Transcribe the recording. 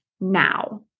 now